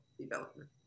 development